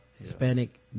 Hispanic